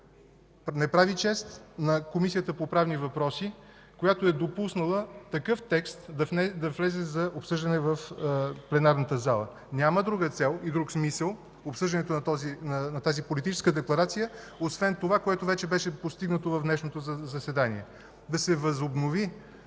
Не прави чест на Комисията по правни въпроси, която е допуснала такъв текст да влезе за обсъждане в пленарната зала. Няма друга цел и друг смисъл обсъждането на тази политическа декларация, освен това, което вече беше постигнато в днешното заседание – да се възобнови